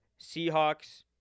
Seahawks